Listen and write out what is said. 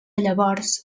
llavors